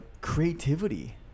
creativity